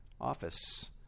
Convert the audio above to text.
office